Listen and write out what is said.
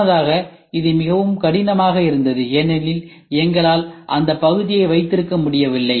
முன்னதாக இது மிகவும் கடினமாக இருந்தது ஏனெனில் எங்களால் அந்த பகுதியை வைத்திருக்க முடியவில்லை